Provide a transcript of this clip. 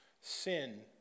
sin